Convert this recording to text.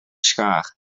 schaar